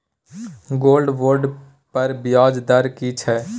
Gold bond पर ब्याज दर की छै?